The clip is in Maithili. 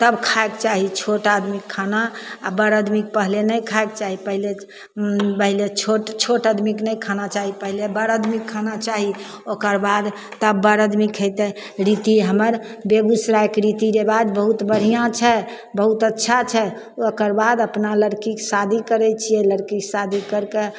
तब खाइके चाही छोट आदमीके खाना आ बड़ आदमी पहिले नहि खाइके चाही पहिले पहिले पहिले छोट आदमीके खाना नहि चाही पहले बड़ आदमीके खाना चाही ओकरबाद तब बड़ आदमी खैतै रीती हमर बेगुसरायके रीतीरिबाज बहुत बढ़िआँ छै बहुत अच्छा छै ओकर बाद अपना लड़कीके शादी करैत छियै लड़कीके शादी करिके